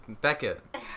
Beckett